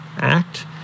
act